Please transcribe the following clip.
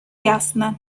jasne